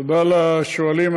תודה לשואלים.